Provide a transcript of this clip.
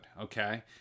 okay